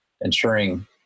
ensuring